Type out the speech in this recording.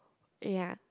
ya